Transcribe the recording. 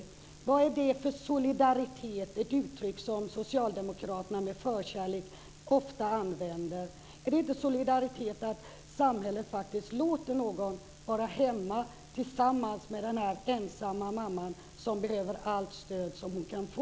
Vad är det för solidaritet? Det är ett uttryck som socialdemokraterna med förkärlek ofta använder. Är det inte solidaritet att samhället låter någon vara hemma tillsammans med den ensamma mamman, som behöver allt stöd som hon kan få?